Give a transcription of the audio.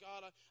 God